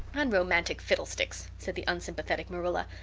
unromantic fiddlesticks! said the unsympathetic marilla.